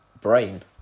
brain